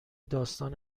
داستان